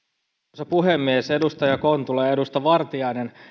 arvoisa puhemies edustaja kontula ja edustaja vartiainen